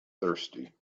thirsty